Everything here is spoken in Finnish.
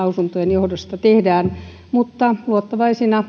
johdosta tehdään mutta luottavaisina